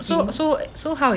so so so how is it